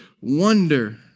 wonder